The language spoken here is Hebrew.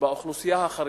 באוכלוסייה החרדית.